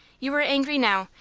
you are angry now,